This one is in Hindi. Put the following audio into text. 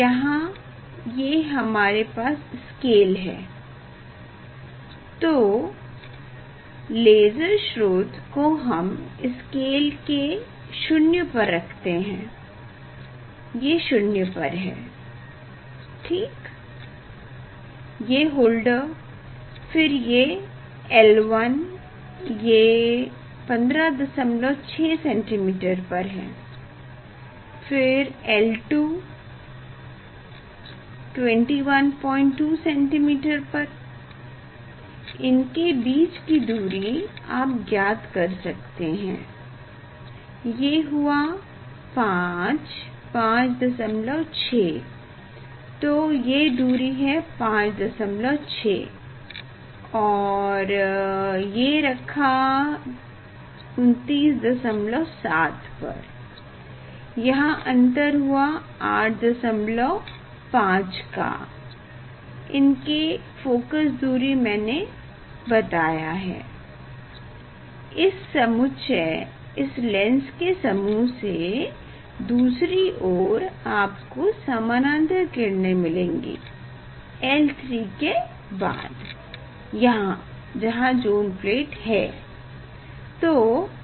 यहाँ ये हमारे पास स्केल है तो लेसर स्रोत को हम स्केल के 0 पर रखते हैं ये 0 पर है ठीक ये होल्डर फिर ये L1 ये 156cm पर है फिर L2 212cmपर इनके बीच कि दूरी आप ज्ञात कर सकते हैं ये हुआ 556 तो ये दूरी है 56 और ये रखा 297 पर यहाँ अन्तर हुआ 85 का इनके फोकस दूरी मैने बताया है इस समुच्चय इस लेंस के समूह से दूसरी ओर आपको समानांतर किरणें मिलेगी L3 के बाद यहाँ जहाँ जोन प्लेट है